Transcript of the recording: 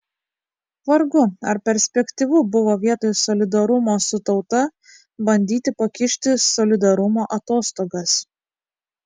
vargu ar perspektyvu buvo vietoj solidarumo su tauta bandyti pakišti solidarumo atostogas